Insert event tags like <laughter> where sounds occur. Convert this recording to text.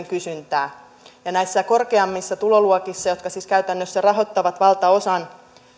<unintelligible> kysyntää näissä korkeammissa tuloluokissa jotka siis käytännössä rahoittavat valtaosan